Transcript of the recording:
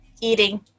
eating